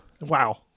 Wow